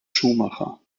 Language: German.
schuhmacher